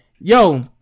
Yo